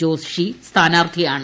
ജോഷി സ്ഥാനാർത്ഥിയാണ്